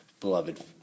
beloved